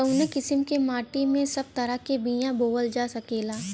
कवने किसीम के माटी में सब तरह के बिया बोवल जा सकेला?